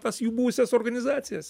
tas jų buvusias organizacijas